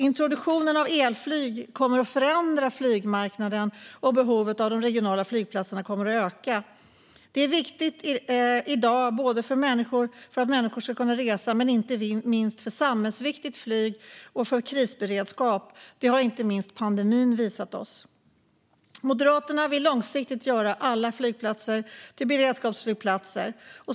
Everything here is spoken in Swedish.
Introduktionen av elflyg kommer att förändra flygmarknaden, och behovet av de regionala flygplatserna kommer att öka. De är viktiga i dag, både för att människor ska kunna resa men inte minst för samhällsviktigt flyg och för krisberedskap. Det har inte minst pandemin visat oss. Moderaterna vill långsiktigt göra alla flygplatser till beredskapsflygplatser.